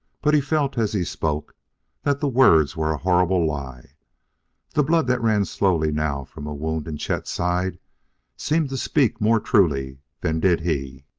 but he felt as he spoke that the words were a horrible lie the blood that ran slowly now from a wound in chet's side seemed to speak more truly than did he.